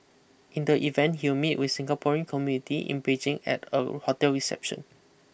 in the event he will meet with Singaporean community in Beijing at a hotel reception